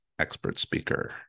expertspeaker